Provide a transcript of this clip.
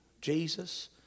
Jesus